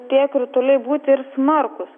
tie krituliai būti ir smarkūs